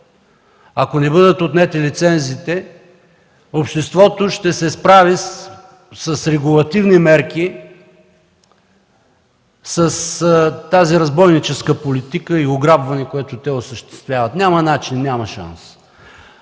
ако не бъдат отнети лицензите, обществото ще се справи с регулативни мерки, с тази разбойническа политика и ограбване, което те осъществяват. Няма начин, няма шанс!